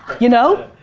you know,